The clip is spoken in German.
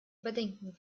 überdenken